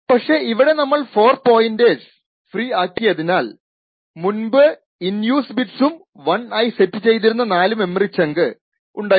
പക്ഷെ ഇവിടെ നമ്മൾ 4 പോയിന്റർ ഫ്രീ ആക്കിയതിനാൽ മുൻപ് ഇൻ യൂസ് ബിറ്റ്സും 1 ആയി സെറ്റ് ചെയ്തിരുന്ന 4 മെമ്മറി ചങ്ക് ഉണ്ടായിരുന്നു